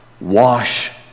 Wash